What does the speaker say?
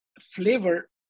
flavor